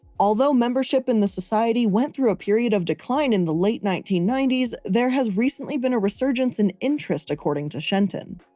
although membership in the society went through a period of decline in the late nineteen ninety there has recently been a resurgence in interest according to shenton.